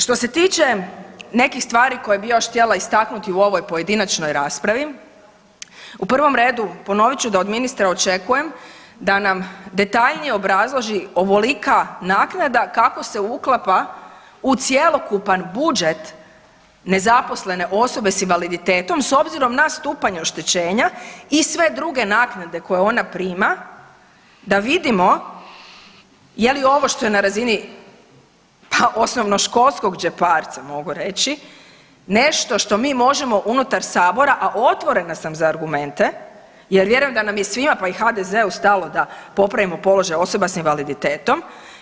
Što se tiče nekih stvari koje bi još htjela istaknuti u ovoj pojedinačnoj raspravi u prvom redu ponovit ću da od ministra očekujem da nam detaljnije obrazloži ovolika naknada kako se uklapa u cjelokupan budžet nezaposlene osobe s invaliditetom s obzirom na stupanj oštećenja i sve druge naknade koje ona prima da vidimo je li ovo što je na razini, pa osnovnoškolskog džeparca mogu reći, nešto što mi možemo unutar sabora, a otvorena sam za argumente jer vjerujem da nam je svima pa i HDZ-u stalo da popravimo položaj osoba sa invaliditetom.